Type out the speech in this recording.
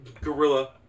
gorilla